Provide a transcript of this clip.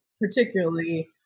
particularly